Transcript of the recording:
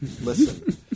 listen